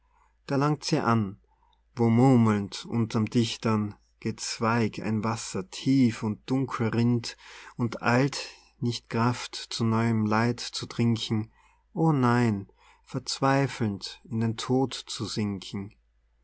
da langt sie an wo murmelnd unterm dichtern gezweig ein wasser tief und dunkel rinnt und eilt nicht kraft zu neuem leid zu trinken o nein verzweifelnd in den tod zu sinken